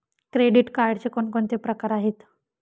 Credit कार्डचे कोणकोणते प्रकार आहेत?